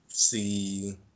See